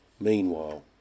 meanwhile